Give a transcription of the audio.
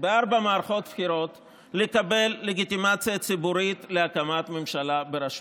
בארבע מערכות בחירות לקבל לגיטימציה ציבורית להקמת ממשלה בראשותו,